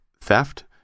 theft